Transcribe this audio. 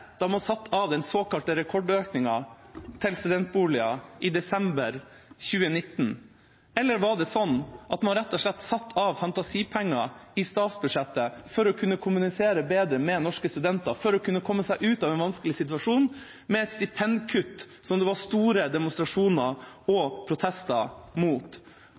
man satte av den såkalte rekordøkningen til studentboliger i desember 2018? Eller var det sånn at man rett og slett satte av fantasipenger i statsbudsjettet for å kommunisere bedre med norske studenter, for å kunne komme seg ut av en vanskelig situasjon med et stipendkutt som det var store demonstrasjoner og protester mot?